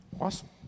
awesome